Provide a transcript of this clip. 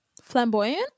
flamboyant